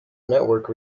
network